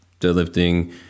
deadlifting